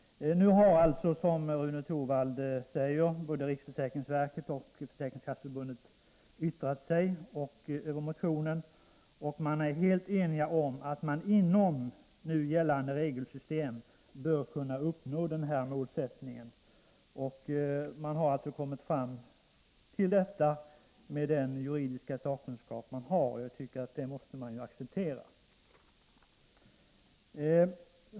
Som Rune Torwald säger har alltså både riksförsäkringsverket och Försäkringskasseförbundet yttrat sig över motionen, och man är helt enig om att det inom nu gällande regelsystem bör gå att uppnå denna målsättning. Man har alltså kommit fram till denna uppfattning med den juridiska sakkunskap man har, och det måste vi acceptera.